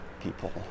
people